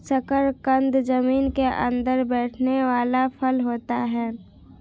शकरकंद जमीन के अंदर बैठने वाला फल होता है